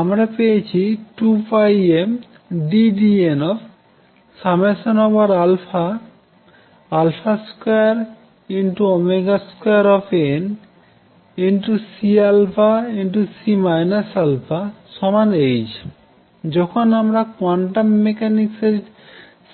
আমরা পেয়েছি 2πmddn22CC αh যখন আমরা কোয়ান্টাম মেকানিক্স এর